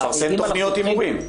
אתה מפרסם תכניות הימורים.